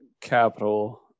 capital